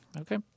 okay